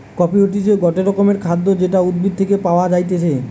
coffee হতিছে গটে রকমের খাদ্য যেটা উদ্ভিদ থেকে পায়া যাইতেছে